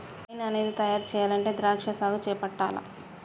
wine అనేది తయారు చెయ్యాలంటే ద్రాక్షా సాగు చేపట్టాల్ల